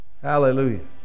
Hallelujah